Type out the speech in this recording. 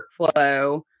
workflow